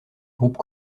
groupe